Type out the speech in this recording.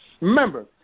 Remember